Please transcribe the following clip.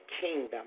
kingdom